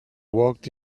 walked